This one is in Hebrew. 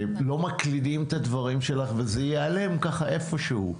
לא מקלידים את הדברים שלך וזה יעלם ככה איפשהו,